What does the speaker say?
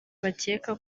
bakeka